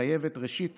מחייבת ראשית